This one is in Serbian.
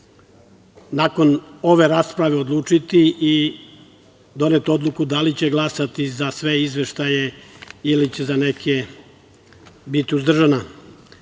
nakon ove rasprave odlučiti i doneti odluku da li će glasati za sve izveštaje ili će za neke biti uzdržana. Na